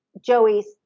Joey's